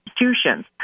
institutions